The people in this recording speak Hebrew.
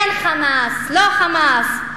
כן "חמאס", לא "חמאס".